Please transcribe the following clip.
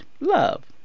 love